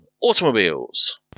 automobiles